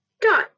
Dot